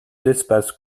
d’espaces